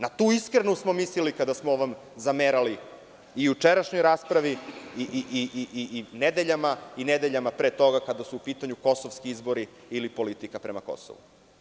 Na tu iskrenost smo mislili kada smo vam zamerali i u jučerašnjoj raspravi i nedeljama pre toga kada su u pitanju kosovski izbori ili politika prema Kosovu.